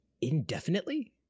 indefinitely